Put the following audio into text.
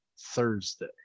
Thursday